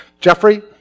Jeffrey